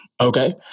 Okay